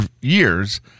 years